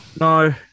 no